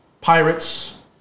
Pirates